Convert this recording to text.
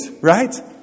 right